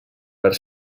per